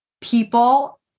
people